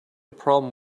problem